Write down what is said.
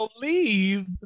believe